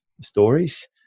stories